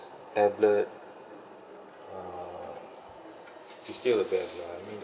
tablet uh is still the best lah I mean